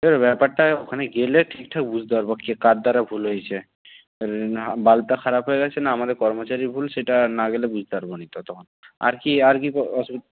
ব্যাপারটা ওখানে গেলে ঠিকঠাক বুঝতে পারব কে কার দ্বারা ভুল হয়েছে বাল্বটা খারাপ হয়ে গেছে না আমাদের কর্মচারীর ভুল সেটা না গেলে বুঝতে পারব না তো তখন আর কী আর কী